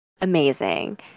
amazing